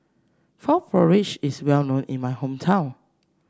Frog Porridge is well known in my hometown